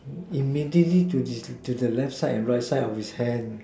immediately to the left side and right side of his hands